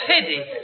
pity